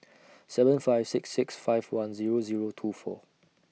seven five six six five one Zero Zero two four